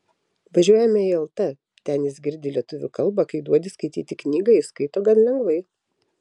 važiuojame į lt ten jis girdi lietuvių kalbą kai duodi skaityti knygą jis skaito gan lengvai